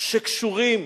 שקשורים